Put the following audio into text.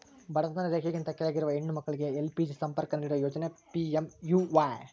ಬಡತನ ರೇಖೆಗಿಂತ ಕೆಳಗಿರುವ ಹೆಣ್ಣು ಮಕ್ಳಿಗೆ ಎಲ್.ಪಿ.ಜಿ ಸಂಪರ್ಕ ನೀಡೋ ಯೋಜನೆ ಪಿ.ಎಂ.ಯು.ವೈ